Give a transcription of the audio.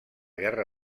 guerra